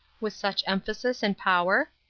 with such emphasis and power?